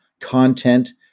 content